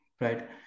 Right